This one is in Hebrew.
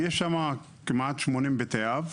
יש שם כמעט 80 בתי אב.